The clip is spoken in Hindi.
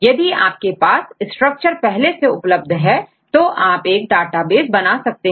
यदि आपके पास स्ट्रक्चर पहले से उपलब्ध है तो आप एक डाटाबेस बना सकते हैं